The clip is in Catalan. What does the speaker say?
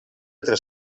tres